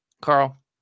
Carl